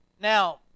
Now